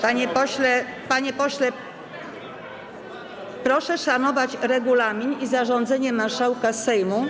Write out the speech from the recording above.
Panie pośle, proszę szanować regulamin i zarządzenie marszałka Sejmu.